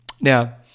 Now